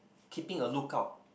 keeping a lookout